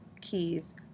keys